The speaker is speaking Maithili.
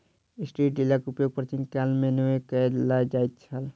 सीड ड्रीलक उपयोग प्राचीन काल मे नै कय ल जाइत छल